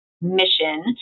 mission